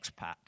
expat